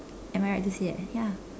am I right to say that ya